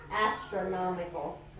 Astronomical